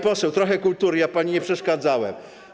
Pani poseł, trochę kultury, ja pani nie przeszkadzałem.